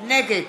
נגד